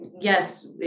Yes